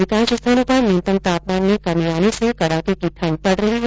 अधिकांश स्थानों पर न्यूनतम तापमान में कमी आने से कड़ाके की ठण्ड पड़ रही है